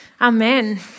amen